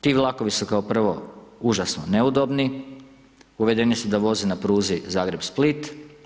Ti vlakovi su kao prvo užasno neudobni, uvedeni su da voze na pruzi Zagreb-Split.